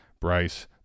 Bryce